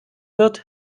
wird